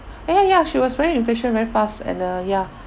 ya ya ya she was very efficient very fast and uh ya